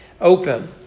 open